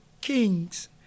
Kings